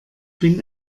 bin